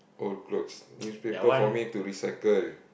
old clothes newspaper for me to recycle